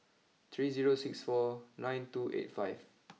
three zero six four nine two eight five